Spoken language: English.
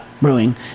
brewing